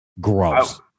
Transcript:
gross